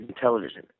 television